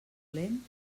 dolent